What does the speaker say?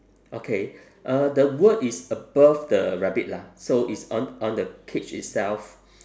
okay uh the word is above the rabbit lah so it's on on the cage itself